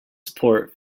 support